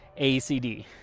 ACD